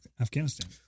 Afghanistan